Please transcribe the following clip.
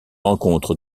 rencontre